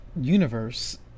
universe